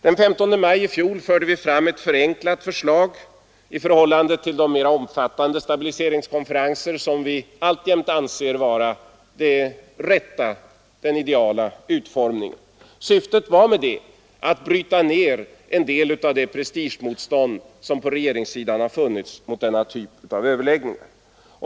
Den 15 maj i fjol förde vi fram ett förenklat förslag i förhållande till förslaget om de mera omfattande stabiliseringskonferenser som vi alltjämt anser vara den ideala utformningen. Syftet med detta var att bryta ner en del av det prestigemotstånd som funnits på regeringssidan mot denna typ av överläggningar.